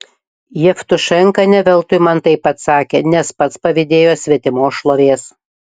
jevtušenka ne veltui man taip atsakė nes pats pavydėjo svetimos šlovės